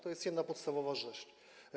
To jest jedna podstawowa rzecz.